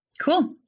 cool